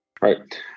Right